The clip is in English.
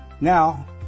Now